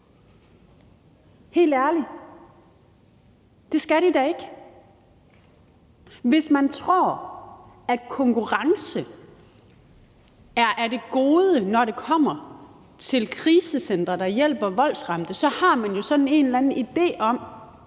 Helt ærligt, det skal de da ikke. Hvis man tror, at konkurrence er af det gode, når det kommer til krisecentre, der hjælper voldsramte, har man jo sådan en eller anden idé om,